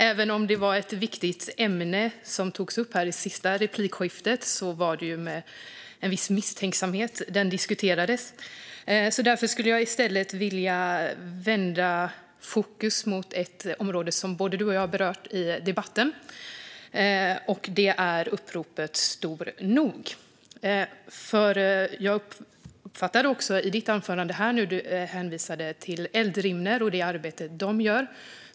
Även om det var ett viktigt ämne som togs upp i det senaste replikskiftet var det med en viss misstänksamhet det diskuterades. Därför skulle jag i stället vilja rikta fokus mot ett område som både Maria Gardfjell och jag har berört i debatten, nämligen uppropet Stor nog. Jag uppfattade att hon i sitt anförande också hänvisade till Eldrimner och det arbete de gör.